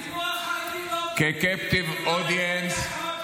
-- הציבור החרדי הוא לא ----- כ-captive audience --- הציבור